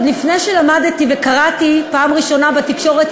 עוד לפני שלמדתי וקראתי בפעם הראשונה בתקשורת